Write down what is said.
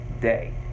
Day